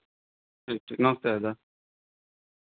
ठीक ठीक नमस्ते दादा